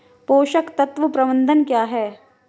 पोषक तत्व प्रबंधन क्या है?